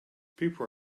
people